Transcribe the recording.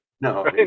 No